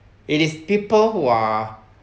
it is people who are